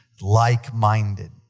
like-minded